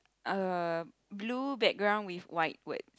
uh blue background with white word